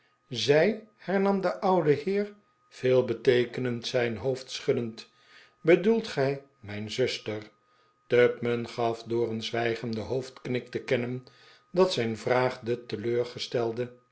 zij hern am de oude heer veelbeteekenend zijn hoofd schuddend bedoelt gij mijn zuster tupman gaf door een zwijgenden hoofdknik te kennen dat zijn vraag de